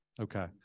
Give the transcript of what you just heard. Okay